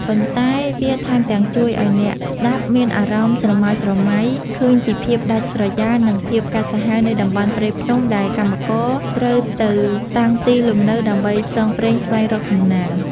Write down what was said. ប៉ុន្តែវាថែមទាំងជួយឱ្យអ្នកស្ដាប់មានអារម្មណ៍ស្រមើស្រមៃឃើញពីភាពដាច់ស្រយាល និងភាពកាចសាហាវនៃតំបន់ព្រៃភ្នំ ដែលកម្មករត្រូវទៅតាំងទីលំនៅដើម្បីផ្សងព្រេងស្វែងរកសំណាង។